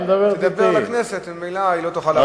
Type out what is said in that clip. תדבר לכנסת והיא לא תוכל להפריע.